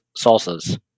salsas